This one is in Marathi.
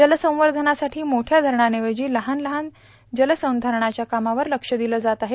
जलसंवर्धनासाठी मोठ्या धरणांऐवजी लहान लहान जलसंधारणाच्या कामावर लक्ष दिलं आहे